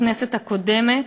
בכנסת הקודמת.